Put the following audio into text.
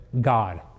God